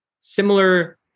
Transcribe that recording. similar